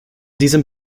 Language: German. diesem